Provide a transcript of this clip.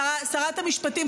שרת המשפטים,